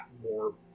more